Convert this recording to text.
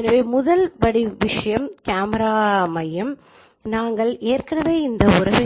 எனவே முதல் விஷயம் கேமரா மையம் நாங்கள் ஏற்கனவே இந்த உறவை